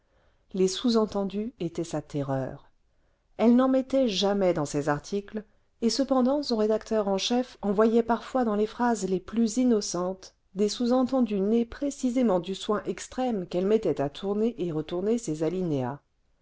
les sous-entendus étaient sa terreur elle n'en mettait jamais dans ses articles et cependant son rédacteur en chef en voyait parfois dans les phrases les plus innocentes des sous-entendus nés précisément du soin extrême qu'elle mettait à tourner et retourner ses alinéas